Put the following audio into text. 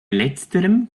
letzterem